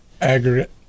aggregate